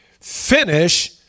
Finish